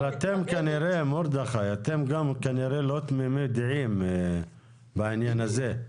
אבל אתם כנראה לא תמימי דעים בעניין הזה.